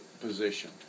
position